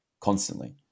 constantly